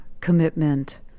commitment